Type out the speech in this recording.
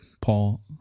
Paul